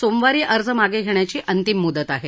सोमवारी अर्ज मागे घेण्याची अंतिम मुदत आहे